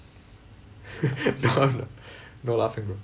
no no laughing bro